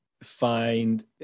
find